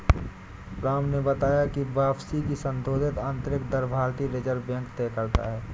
राम ने बताया की वापसी की संशोधित आंतरिक दर भारतीय रिजर्व बैंक तय करता है